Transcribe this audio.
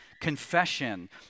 confession